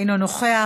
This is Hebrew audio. אינו נוכח,